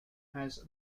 has